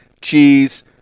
cheese